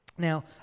Now